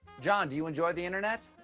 john, do you enjoy the internet?